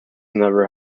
never